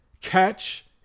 catch